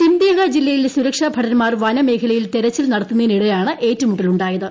സിംദേഗ ജില്ലയിൽ സുരക്ഷാഭടൻമാർ വനമേഖലയിൽ തെരച്ചിൽ നടത്തുന്നതിനിടെയാണ് ഏറ്റുമുട്ടലുണ്ടായത്